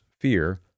fear